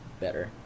better